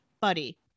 Buddy